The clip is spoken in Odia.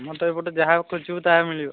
ଆମର ତ ଏପଟେ ଯାହା ଖୋଜିବୁ ତାହା ମିଳିବ